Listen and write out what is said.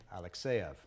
Alexeyev